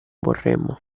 vorremmo